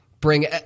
bring